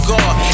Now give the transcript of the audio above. God